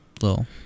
little